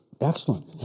Excellent